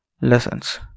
lessons